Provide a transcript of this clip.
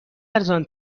ارزان